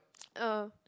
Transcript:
eh